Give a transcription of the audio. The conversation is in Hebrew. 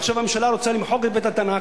ועכשיו הממשלה רוצה למחוק את בית-התנ"ך,